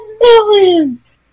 millions